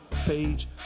Page